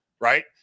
Right